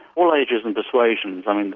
all ages and persuasions. i mean,